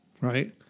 right